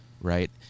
right